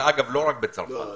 ולא רק בצרפת- -- לא.